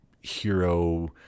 hero